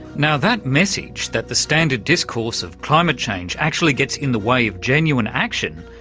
now that message that the standard discourse of climate change actually gets in the way of genuine action,